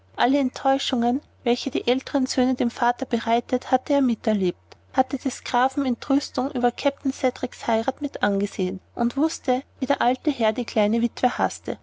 alle enttäuschungen welche die älteren söhne dem vater bereitet hatte er miterlebt hatte des grafen entrüstung über kapitän cedriks heirat mitangesehen und mußte wie der alte herr die kleine witwe haßte